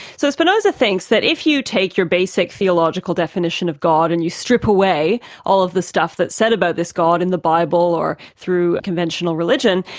so spinoza thinks that if you take your basic theological definition of god and you strip away all the stuff that's said about this god in the bible, or through conventional religion,